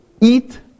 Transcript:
eat